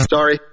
Sorry